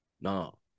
No